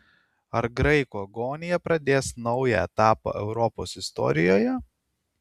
ar graikų agonija pradės naują etapą europos istorijoje